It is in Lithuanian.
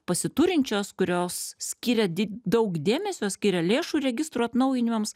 pasiturinčios kurios skiria di daug dėmesio skiria lėšų registrų atnaujinimams